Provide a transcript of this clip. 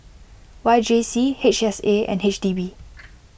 Y J C H S A and H D B